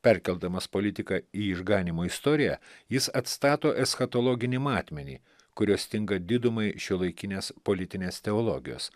perkeldamas politiką į išganymo istoriją jis atstato eschatologinį matmenį kurio stinga didumai šiuolaikinės politinės teologijos